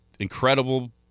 Incredible